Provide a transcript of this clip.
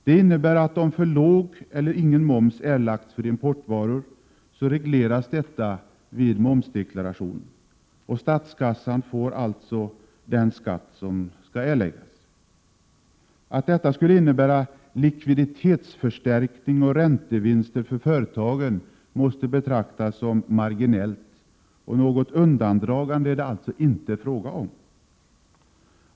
Detta innebär, att om för låg eller ingen moms erlagts för importvaror så regleras detta vid momsdeklarationen, och statskassan får alltså den skatt som skall erläggas. Att detta skulle innebära likviditetsförstärkning och räntevinster för företagen måste betraktas som marginellt, och något undandragande är det alltså inte fråga om.